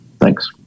Thanks